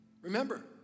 Remember